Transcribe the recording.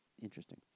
interesting